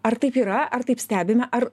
ar taip yra ar taip stebime ar